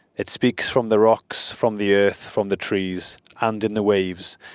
it speaks from the rocks, from the earth, from the trees and in the waves.